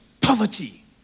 poverty